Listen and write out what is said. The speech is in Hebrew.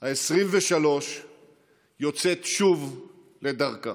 העשרים-ושלוש יוצאת שוב לדרכה.